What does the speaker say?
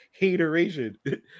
hateration